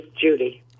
Judy